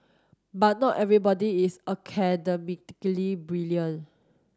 but not everybody is academically brilliant